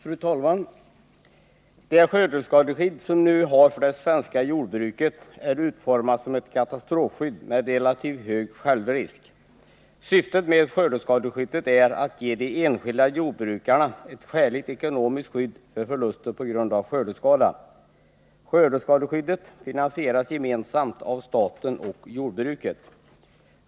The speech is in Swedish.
Fru talman! Det skördeskadeskydd som vi nu har för det svenska jordbruket är utformat som ett katastrofskydd med relativt hög självrisk. Syftet med skördeskadeskyddet är att ge de enskilda jordbrukarna ett skäligt ekonomiskt skydd för förluster på grund av skördeskada. Skördeskadeskyddet finansieras gemensamt av staten och jordbruket.